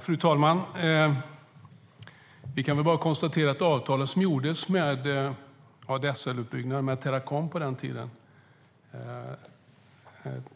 Fru talman! Vi kan bara konstatera att avtalen om ADSL-utbyggnaden som på den tiden gjordes med Teracom sedan